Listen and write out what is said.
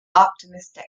optimistic